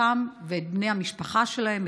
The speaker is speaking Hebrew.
אותם ואת בני המשפחה שלהם,